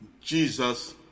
Jesus